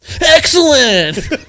Excellent